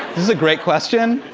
this is a great question.